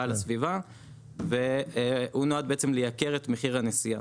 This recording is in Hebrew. על הסביבה והוא נועד בעצם לייקר את מחיר הנסיעה.